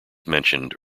mentioned